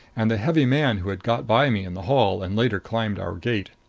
and the heavy man who had got by me in the hall and later climbed our gate.